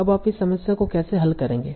अब आप इस समस्या को कैसे हल करेंगे